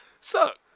suck